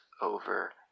over